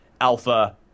Alpha